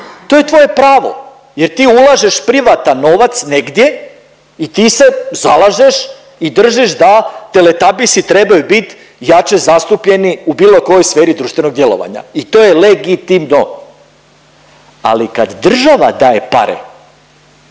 to je tvoje pravo jer ti ulažeš privatan novac negdje i ti se zalažeš i držiš da teletabisi trebaju bit jače zastupljeni u bilo kojoj sferi društvenog djelovanja i to je legitimno, ali kad država daje pare